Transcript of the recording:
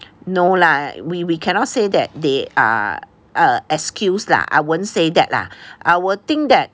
no lah we we cannot say that they uh uh excuse lah I wouldn't say that lah I would think that